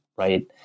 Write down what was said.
Right